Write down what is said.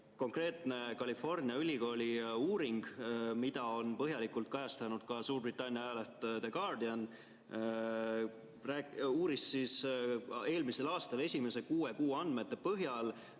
Konkreetne California Ülikooli uuring, mida on põhjalikult kajastanud ka Suurbritannia ajaleht The Guardian, uuris eelmisel aastal esimese kuue kuu andmete põhjal